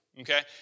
Okay